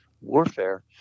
warfare